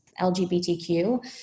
lgbtq